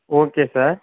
okay sir